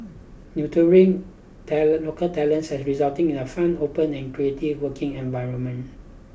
neutering talent local talents has resulted in a fun open and creative working environment